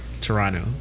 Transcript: Toronto